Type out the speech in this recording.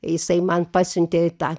jisai man pasiuntė tą